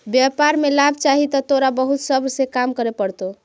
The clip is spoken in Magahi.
व्यापार में लाभ चाहि त तोरा बहुत सब्र से काम करे पड़तो